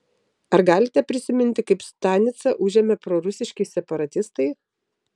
ar galite prisiminti kaip stanicą užėmė prorusiški separatistai